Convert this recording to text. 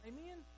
Amen